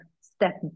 step